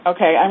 Okay